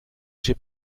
j’ai